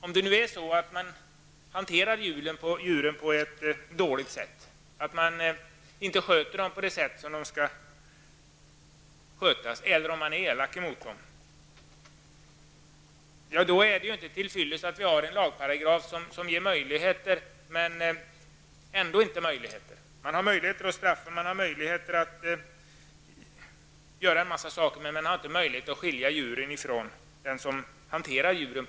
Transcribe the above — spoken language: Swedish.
Om djuren hanteras dåligt, om de inte sköts på det sätt som de skall skötas på eller om man är elak mot dem, är det inte till fyllest med en lagparagraf som bara gör det möjligt att vidta åtgärder, men som inte inrymmer möjligheten att tillräckligt snabbt skilja djuren från den som missköter dem.